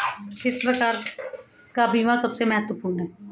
किस प्रकार का बीमा सबसे महत्वपूर्ण है?